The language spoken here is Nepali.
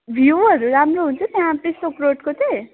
भ्यूहरू राम्रो हुन्छ त्यहाँ पेसोक रोडको चाहिँ